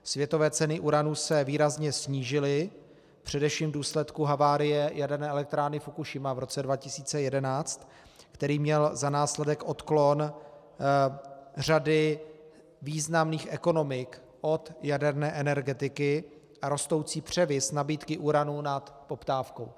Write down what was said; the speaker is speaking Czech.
Světové ceny uranu se výrazně snížily především v důsledku havárie jaderné elektrárny Fukušima v roce 2011, která měla za následek odklon řady významných ekonomik od jaderné energetiky a rostoucí převis nabídky uranu nad poptávkou.